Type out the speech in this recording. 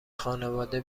خانواده